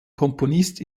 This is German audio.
komponist